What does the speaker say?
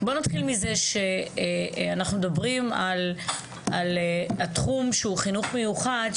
בוא נתחיל מזה שאנחנו מדברים על התחום שהוא חינוך מיוחד,